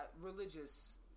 religious